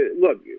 Look